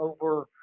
over